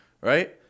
Right